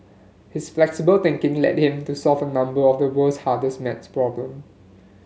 his flexible thinking led him to solve a number of the world's hardest maths problem